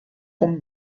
con